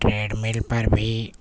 trade مل پر بھی